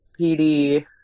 PD